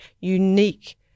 unique